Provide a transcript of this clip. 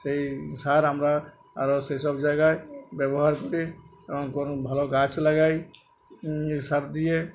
সেই সার আমরা আরও সেই সব জায়গায় ব্যবহার করি এবং কোনো ভালো গাছ লাগাই সার দিয়ে